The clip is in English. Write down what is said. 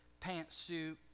pantsuit